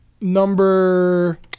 Number